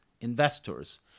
investors